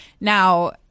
Now